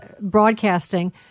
broadcasting